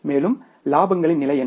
மேலும் இலாபங்களின் நிலை என்ன